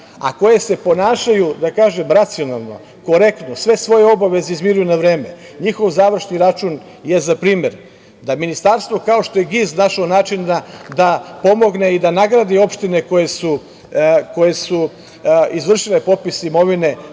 a koje se ponašaju, da kažem, racionalno, korektno, sve svoje obaveze izmiruju na vreme, njihov završni račun je za primer, da ministarstvo, kao što je GIZ našao načina da pomogne i da nagradi opštine koje su izvršile popis imovine